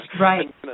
Right